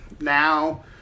Now